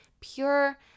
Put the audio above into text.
pure